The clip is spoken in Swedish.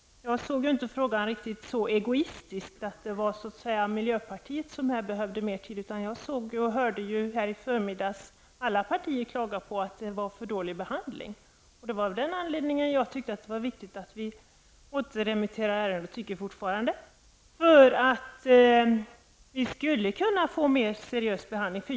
Jag såg inte frågan riktigt så egoistiskt, dvs. att det var miljöpartiet som behövde mer tid. Jag både såg och hörde i förmiddags alla partier klaga på att det var fråga om en för dålig behandling. Det var av den anledningen jag tyckte att det var viktigt att ärendet återremitteras för en mer seriös behandling. Jag tycker fortfarande så.